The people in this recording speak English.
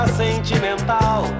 sentimental